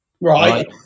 Right